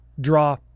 draw